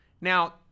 Now